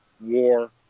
war